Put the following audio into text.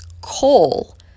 coal